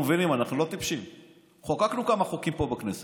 אתה כאילו מיתמם פה מעל דוכן